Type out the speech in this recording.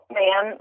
man